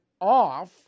off